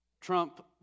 trump